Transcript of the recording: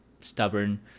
stubborn